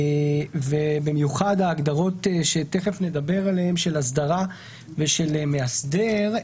ובמיוחד ההגדרות שתכף נדבר עליהן של "אסדרה" ושל "מאסדר".